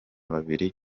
babiri